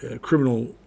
criminal